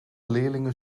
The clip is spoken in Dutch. leerlingen